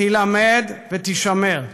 תילמד ותישמר.